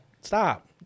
Stop